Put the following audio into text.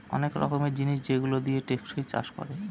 অনেক রকমের জিনিস যেগুলো দিয়ে টেকসই চাষ করে